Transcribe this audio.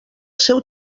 seu